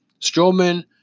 Strowman